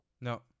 no